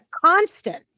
constant